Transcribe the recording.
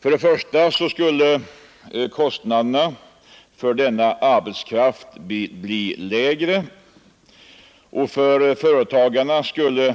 För det första skulle kostnaderna för denna arbetskraft bli lägre, och för företagarna skulle